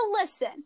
listen